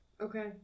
Okay